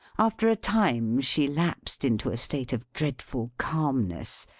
after a time, she lapsed into a state of dreadful calmness,